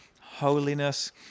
holiness